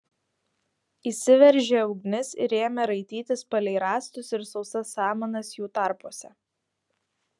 įsiveržė ugnis ir ėmė raitytis palei rąstus ir sausas samanas jų tarpuose